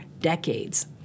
decades